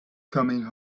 coming